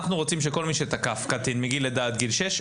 אנחנו רוצים שכל מי שתקף קטין מגיל לידה עד גיל שש,